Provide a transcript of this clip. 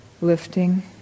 lifting